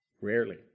rarely